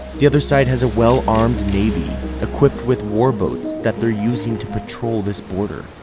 the other side has a well-armed navy equipped with war boats that they're using to patrol this border.